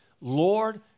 Lord